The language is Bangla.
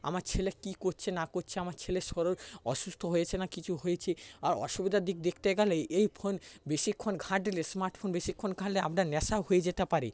আমার ছেলে কী করছে না করছে আমার ছেলের শরীর অসুস্থ হয়েছে না কিছু হয়েছে আর অসুবিধার দিক দেখতে গেলে এই ফোন বেশিক্ষণ ঘাঁটলে স্মার্টফোন বেশিক্ষণ ঘাঁটলে আপনার নেশাও হয়ে যেতে পারে